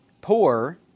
poor